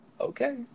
okay